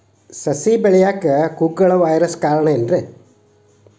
ಸಸಿ ಬೆಳೆಯಾಕ ಕುಗ್ಗಳ ವೈರಸ್ ಕಾರಣ ಏನ್ರಿ?